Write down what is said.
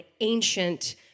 ancient